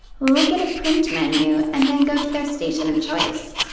look at a print menu and then go to their station of choice.